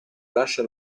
lascia